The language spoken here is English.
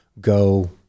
go